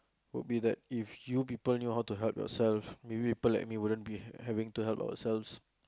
will be that if you people only know how to help yourself maybe people like me wouldn't be ha~ having to help ourselves